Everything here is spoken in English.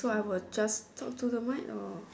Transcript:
so I will just talk to the mic or